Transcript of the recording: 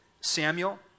Samuel